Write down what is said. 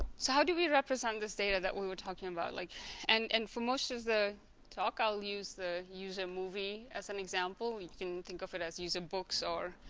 so how do we represent this data that we were talking about like and and for most of the talk i'll use the user movie as an example you can think of it as user books or